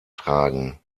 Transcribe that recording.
tragen